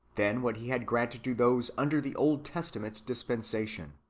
than what he had granted to those under the old testament dispensation.